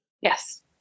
Yes